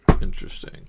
Interesting